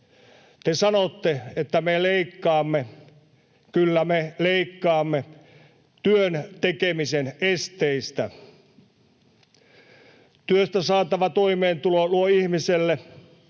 Te sanotte, että me leikkaamme. Kyllä, me leikkaamme työn tekemisen esteistä. Työstä saatava toimeentulo luo ihmiselle